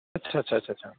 ਅੱਛਾ ਅੱਛਾ ਅੱਛਾ ਅੱਛਾ